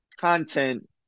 content